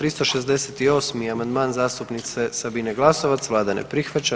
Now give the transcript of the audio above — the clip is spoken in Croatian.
368. amandman zastupnice Sabine Glasovac, vlada ne prihvaća.